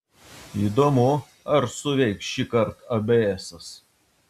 įdomu ar suveiks šįkart abėesas